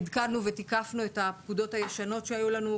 עדכנו ותיקפנו את הפקודות הישנות יחסית שהיו לנו,